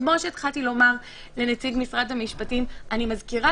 כפי שהתחלתי לומר לנציג משרד המשפטים אני מזכירה